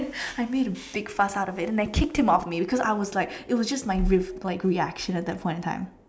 I made a big fuss out of it and I kicked him off me because I was like it was just my ref~ like reaction at that point of time